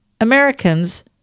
Americans